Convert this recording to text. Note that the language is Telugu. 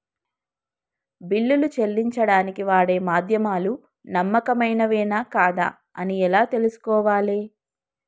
బిల్లులు చెల్లించడానికి వాడే మాధ్యమాలు నమ్మకమైనవేనా కాదా అని ఎలా తెలుసుకోవాలే?